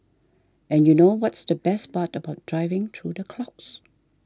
and you know what's the best part about driving through the clouds